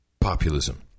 Populism